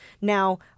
Now